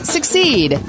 Succeed